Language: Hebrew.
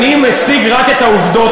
אני מציג רק את העובדות,